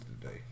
today